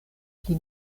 pli